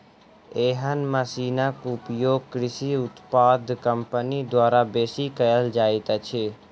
एहन मशीनक उपयोग कृषि उत्पाद कम्पनी द्वारा बेसी कयल जाइत अछि